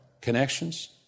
connections